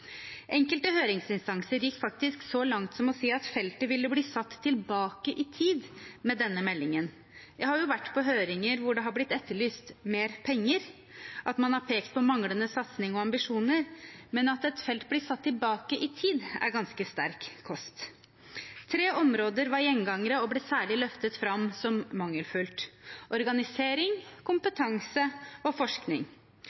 Enkelte høringsinstanser gikk faktisk så langt som å si at feltet ville bli satt tilbake i tid med denne meldingen. Jeg har jo vært på høringer hvor det er blitt etterlyst mer penger, og at man har pekt på manglende satsing og ambisjoner, men at et felt blir satt tilbake i tid, er ganske sterk kost. Tre områder var gjengangere og ble særlig løftet fram som mangelfulle: organisering,